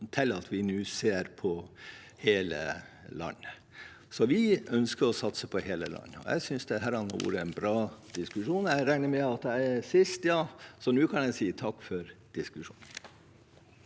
til at vi nå ser på hele landet. Vi ønsker å satse på hele landet. Jeg synes dette har vært en bra diskusjon. Jeg regner med at jeg er siste taler, så da kan jeg si takk for debatten.